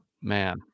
Man